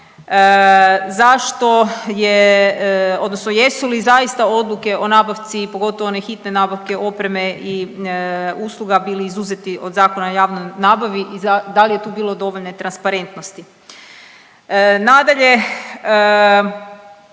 zašto je odnosno jesu li zaista odluke o nabavci, pogotovo one hitne nabavke opreme i usluga bili izuzeti od Zakona o javnoj nabavi i da li je tu bilo dovoljne transparentnosti? Nadalje,